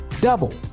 double